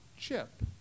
chip